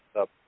up –